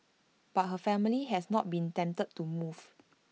but her family has not been tempted to move